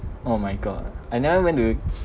oh my god I never went to